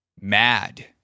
Mad